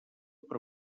per